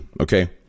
okay